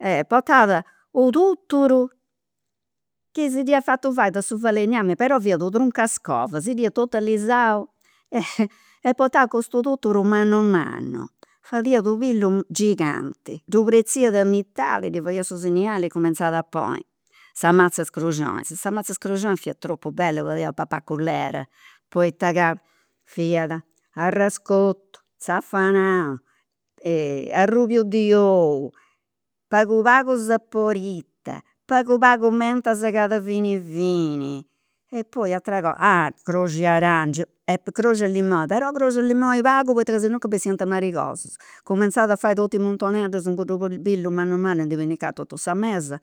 e portat u' tuturu chi si ddu fiat fatu fai de su falegnami, però fiat u' truncu 'e scova, si dd'iat totu allisau e e portà custu tuturu mannu mannu, fadiat u' pillu giganti, ddu pretziat a mitadi ddi fadiat su segnali e cumenzat a ponni sa mazz'e is cruxionis, sa mazz'e is cruxionis fiat tropu bella, fadiat a papai a cullera, poita ca fiat arrascotu, zafanau arrubiu di ou, pagu pagu saporita, pagu pagu menta segada fini fini, e poi atera cosa croxu de arangiu e croxu de limoni, però croxu de limoni pagu poita sennò bessiant marigosus, cumenzat a fai totus i' muntoneddus in cuddu pillu mannu mannu ndi pinnigat totu sa mesa